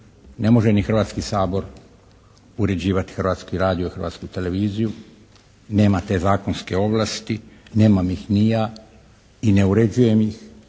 Ne može ni Hrvatski sabor uređivati Hrvatski radio i Hrvatsku televiziju, nema te zakonske ovlasti, nemam ih ni ja i ne uređujem ih